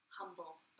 humbled